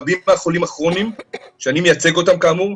רבים מהחולים הכרוניים, שאני מייצג אותם כאמור,